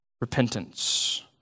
repentance